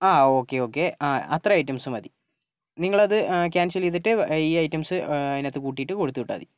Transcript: ആ okay okay ആ അത്രയും ഐറ്റംസ് മതി നിങ്ങളത് ക്യാൻസൽ ചെയ്തിട്ട് ഈ ഐറ്റംസ് അതിനകത്ത് കൂട്ടിയിട്ട് കൊടുത്തു വിട്ടാൽ മതി